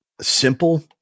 simple